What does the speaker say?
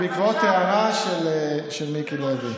נכון, בעקבות הערה של מיקי לוי.